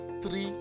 three